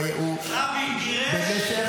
הוא במשך --- רבין גירש,